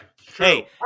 Hey